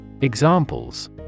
Examples